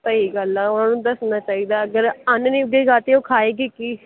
ਸਹੀ ਗੱਲ ਆ ਉਹਨਾਂ ਨੂੰ ਦੱਸਣਾ ਚਾਹੀਦਾ ਅਗਰ ਅੰਨ ਨਹੀਂ ਉੱਗੇਗਾ ਤਾਂ ਉਹ ਖਾਏਗੇ ਕੀ